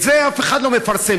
את זה אף אחד לא מפרסם,